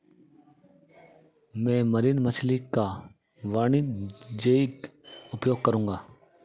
मैं मरीन मछली का वाणिज्यिक उपयोग करूंगा